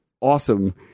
awesome